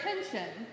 attention